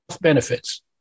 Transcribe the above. benefits